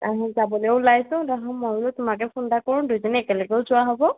যাবলৈ ওলাইছোঁ ময়ো তোমাকে ফোন এটা কৰোঁ দুইজনী একেলগে যোৱা হ'ব